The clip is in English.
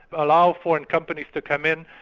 allow foreign companies to come in,